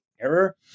error